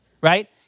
right